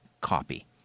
copy